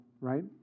right